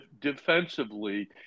defensively